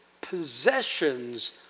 possessions